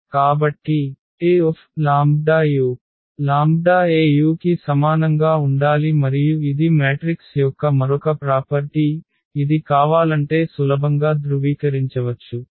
కాబట్టి Aλu λ Au కి సమానంగా ఉండాలి మరియు ఇది మ్యాట్రిక్స్ యొక్క మరొక ప్రాపర్టీ ఇది కావాలంటే సులభంగా ధృవీకరించవచ్చు